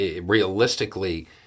realistically